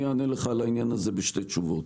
אני אענה לך על העניין הזה בשתי תשובות.